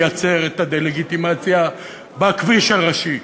לייצר את הדה-לגיטימציה בכביש הראשי.